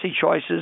choices